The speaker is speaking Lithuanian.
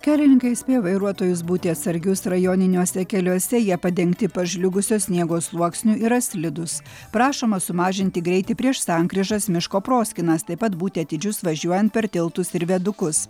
kelininkai įspėja vairuotojus būti atsargius rajoniniuose keliuose jie padengti pažliugusio sniego sluoksniu yra slidūs prašoma sumažinti greitį prieš sankryžas miško proskynas taip pat būti atidžius važiuojant per tiltus ir viadukus